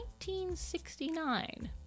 1969